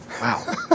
Wow